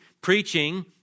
preaching